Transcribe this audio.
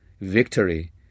Victory